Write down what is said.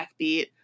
backbeat